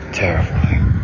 terrifying